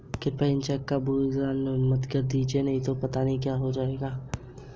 कृपया इस चेक का भुगतान कर दीजिए